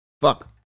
fuck